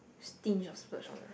stinge or splurge on ah